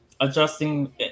adjusting